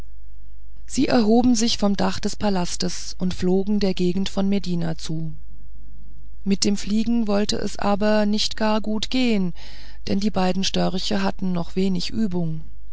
sie erhoben sich vom dach des palastes und flogen der gegend von medina zu mit dem fliegen wollte es aber nicht gar gut gehen denn die beiden störche hatte noch wenig übung